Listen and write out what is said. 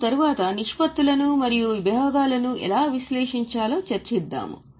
మనము తరువాత నిష్పత్తులను మరియు విభాగాలను ఎలా విశ్లేషించాలో చర్చిద్దాము